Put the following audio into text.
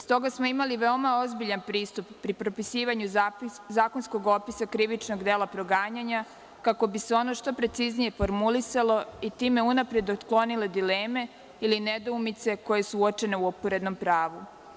Stoga smo imali veoma ozbiljan pristup pri propisivanju zakonskog opisa krivičnog dela proganjanja, kako bi se ono što preciznije formulisalo i time unapred otklonile dileme ili nedoumice koje su uočene u uporednom pravu.